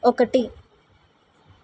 ఒకటి